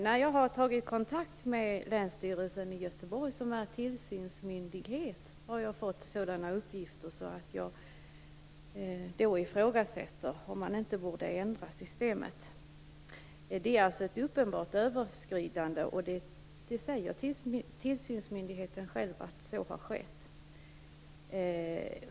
När jag har tagit kontakt med Länsstyrelsen i Göteborg, som är tillsynsmyndighet, har jag fått sådana uppgifter att jag frågar mig om man inte borde ändra systemet. Det handlar alltså om ett uppenbart överskridande, och tillsynsmyndigheten säger själv att ett sådant har skett.